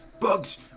Bugs